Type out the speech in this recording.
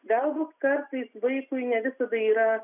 galbūt kartais vaikui ne visada yra